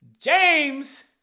James